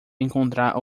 encontrar